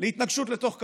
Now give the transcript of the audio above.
להתנגשות לתוך קרחון.